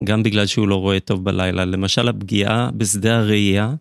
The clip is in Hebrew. גם בגלל שהוא לא רואה טוב בלילה, למשל הפגיעה בשדה הראייה.